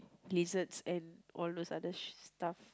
lizards and all those other stuff